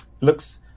looks